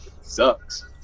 Sucks